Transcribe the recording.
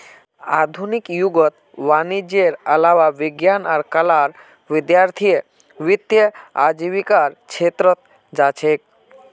आधुनिक युगत वाणिजयेर अलावा विज्ञान आर कलार विद्यार्थीय वित्तीय आजीविकार छेत्रत जा छेक